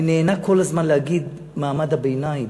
אני נהנה כל הזמן להגיד "מעמד הביניים".